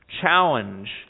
challenge